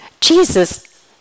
Jesus